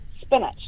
spinach